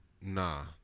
Nah